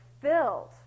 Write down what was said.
filled